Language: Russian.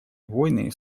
войны